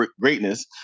greatness